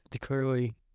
clearly